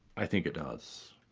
i think it does.